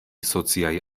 sociaj